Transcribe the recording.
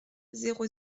zéro